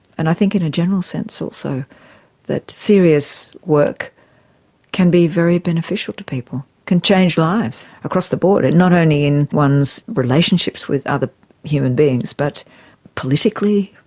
and i think in a general sense also that serious work can be very beneficial to people, can change lives across the board and not only in one's relationships with other human beings but politically,